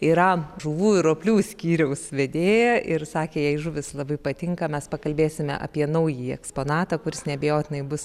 yra žuvų ir roplių skyriaus vedėja ir sakė jai žuvys labai patinka mes pakalbėsime apie naująjį eksponatą kuris neabejotinai bus